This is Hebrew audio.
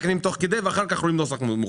כדי תנועה.